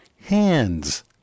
hands